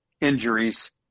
injuries